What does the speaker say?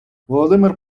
володимир